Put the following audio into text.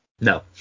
No